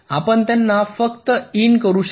आपण त्यांना फक्त इन करू शकता